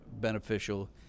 beneficial